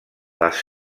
les